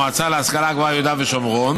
המועצה להשכלה גבוהה יהודה ושומרון,